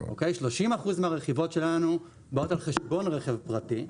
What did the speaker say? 30% מהרכיבות שלנו באות על חשבון רכב פרטי.